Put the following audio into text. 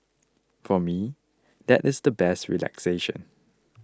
for me that is the best relaxation